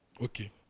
Okay